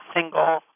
single